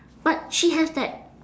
but she has that